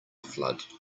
flood